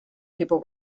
people